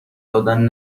دادن